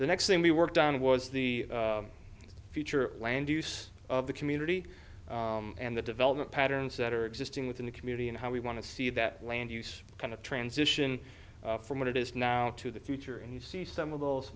the next thing we worked on was the future land use of the community and the development patterns that are existing within the community and how we want to see that land use kind of transition from what it is now to the future and you see some of those